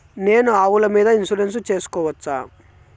నేను ఆవుల మీద ఇన్సూరెన్సు సేసుకోవచ్చా?